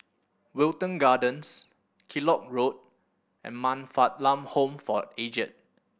Wilton Gardens Kellock Road and Man Fatt Lam Home for Aged